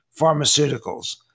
pharmaceuticals